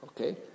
Okay